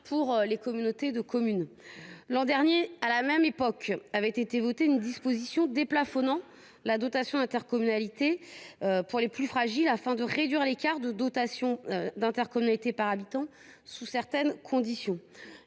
pour les communautés de communes. L’an dernier, à la même époque, une disposition déplafonnant la dotation d’intercommunalité pour les plus fragiles a été votée, afin de réduire l’écart de dotation d’intercommunalité par habitant sous certaines conditions.